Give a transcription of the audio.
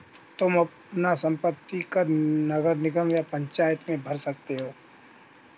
तुम अपना संपत्ति कर नगर निगम या पंचायत में भर सकते हो